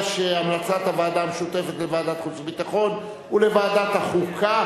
הוועדה המשותפת לוועדת החוץ והביטחון ולוועדת החוקה,